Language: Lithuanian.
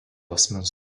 asmens